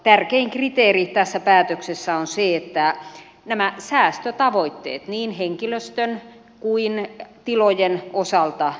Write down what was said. tärkein kriteeri tässä päätöksessä on se että nämä säästötavoitteet niin henkilöstön kuin tilojen osalta toteutuvat